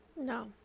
No